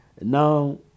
Now